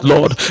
Lord